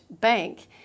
Bank